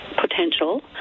potential